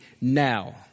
now